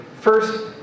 first